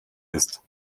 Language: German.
ist